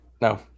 no